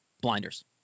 blinders